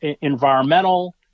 environmental